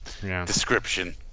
description